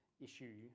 issue